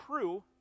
true